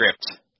script